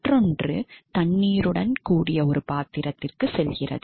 மற்றொன்று தண்ணீருடன் ஒரு பாத்திரத்திற்கு செல்கிறது